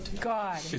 God